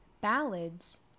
ballads